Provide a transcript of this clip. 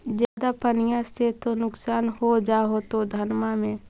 ज्यादा पनिया से तो नुक्सान हो जा होतो धनमा में?